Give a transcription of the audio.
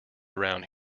around